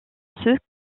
ceux